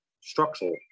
structural